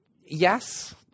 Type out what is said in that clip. Yes